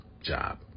job